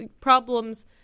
problems